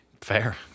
Fair